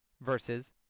versus